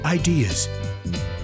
Ideas